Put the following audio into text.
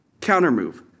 counter-move